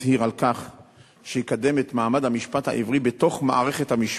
הצהיר שיקדם את מעמד המשפט העברי בתוך מערכת המשפט.